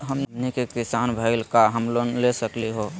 हमनी के किसान भईल, का हम लोन ले सकली हो?